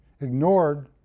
ignored